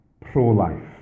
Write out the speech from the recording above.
pro-life